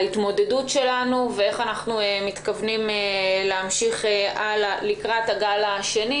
ההתמודדות שלנו ואיך אנחנו מתכוונים להמשיך הלאה לקראת הגל השני,